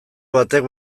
batek